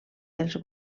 els